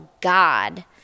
God